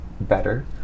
better